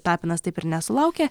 tapinas taip ir nesulaukė